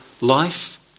life